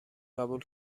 قبول